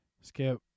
skip